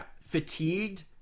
fatigued